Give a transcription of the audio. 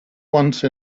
once